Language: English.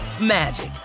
magic